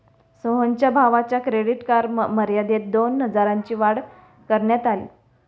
सोहनच्या भावाच्या credit card मर्यादेत दोन हजारांनी वाढ करण्यात आली